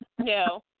no